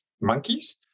monkeys